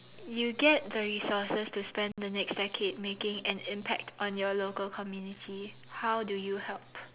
you get the resources to spend the next decade making an impact on your local community how do you help